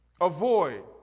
Avoid